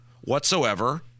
whatsoever